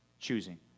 choosing